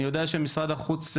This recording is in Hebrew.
אני יודע שמשרד החוץ,